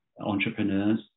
entrepreneurs